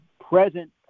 present